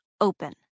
open